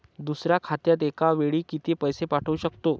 दुसऱ्या खात्यात एका वेळी किती पैसे पाठवू शकतो?